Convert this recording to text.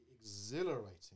exhilarating